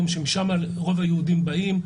שמשם רוב היהודים באים,